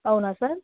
అవునా సార్